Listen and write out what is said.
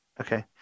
okay